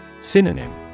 Synonym